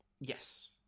Yes